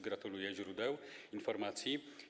Gratuluję źródeł informacji.